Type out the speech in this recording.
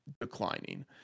declining